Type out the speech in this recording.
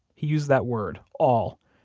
he used that word, all.